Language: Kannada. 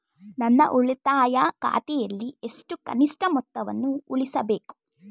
ನನ್ನ ಉಳಿತಾಯ ಖಾತೆಯಲ್ಲಿ ಎಷ್ಟು ಕನಿಷ್ಠ ಮೊತ್ತವನ್ನು ಉಳಿಸಬೇಕು?